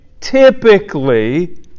typically